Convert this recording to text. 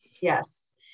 Yes